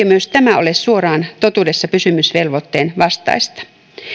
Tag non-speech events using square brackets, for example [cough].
[unintelligible] myös tämä ole suoraan totuudessa pysymisen velvoitteen vastaista